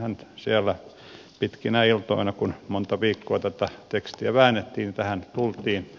näinhän siellä pitkinä iltoina kun monta viikkoa tätä tekstiä väännettiin tähän tultiin